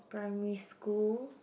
primary school